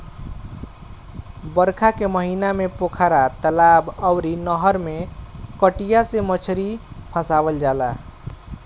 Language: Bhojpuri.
बरखा के महिना में पोखरा, तलाब अउरी नहर में कटिया से मछरी फसावल जाला